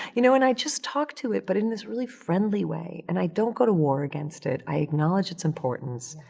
you know, and i just talk to it but in this really friendly way and i don't go to war against it, i acknowledge its importance,